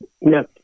Yes